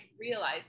realize